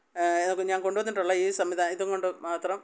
ഇതൊക്കെ ഞാൻ കൊണ്ട് വന്നിട്ടുള്ള ഈ സംവിധാനം ഇതു കൊണ്ട് മാത്രം